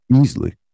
easily